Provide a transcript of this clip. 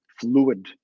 fluid